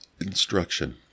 instruction